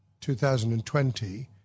2020